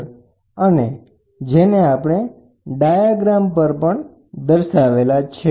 તો આ વાત થઈ કે જેને આપણે ડાયાગ્રામ પર દર્શાવેલા છે